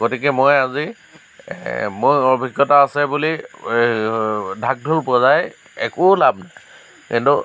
গতিকে মই আজি মোৰ অভিজ্ঞতা আছে বুলি ঢাক ঢোল বজাই একো লাভ নাই কিন্তু